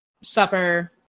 supper